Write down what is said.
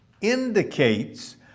indicates